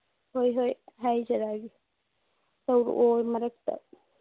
ꯍꯣꯏ ꯍꯣꯏ ꯍꯥꯏꯖꯔꯛꯑꯒꯦ ꯇꯧꯔꯛꯑꯣ ꯃꯔꯛꯇ